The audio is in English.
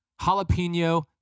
jalapeno